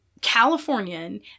Californian